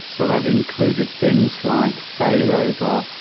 so that included things like failover,